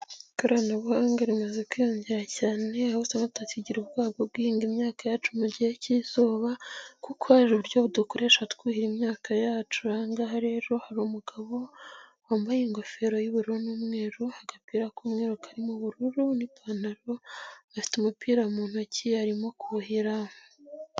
Ikoranabuhanga rimaze kwiyongera cyane aho usanga tutakigira ubwoba bwo guhinga imyaka yacu mu gihe cy'izuba kuko hari uburyo bu dukoresha twuhira imyaka yacu, ahangaha rero harimu umugabo wambaye ingofero y'ubururu n'umweru, agapira k'umweru karimo ubururu, n'ipantaro afite umupira mu ntoki arimo kuhera.